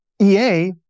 EA